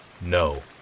No